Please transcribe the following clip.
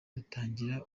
dutangira